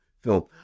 film